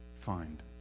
find